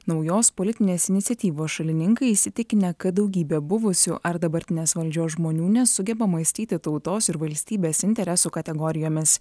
naujos politinės iniciatyvos šalininkai įsitikinę kad daugybė buvusių ar dabartinės valdžios žmonių nesugeba mąstyti tautos ir valstybės interesų kategorijomis